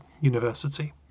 University